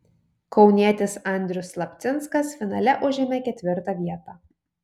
kaunietis andrius slapcinskas finale užėmė ketvirtą vietą